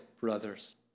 brothers